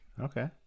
Okay